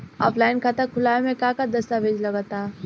Offline खाता खुलावे म का का दस्तावेज लगा ता?